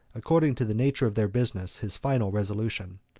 according to the nature of their business, his final resolution.